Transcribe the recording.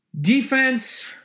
Defense